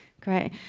Great